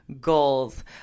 goals